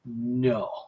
no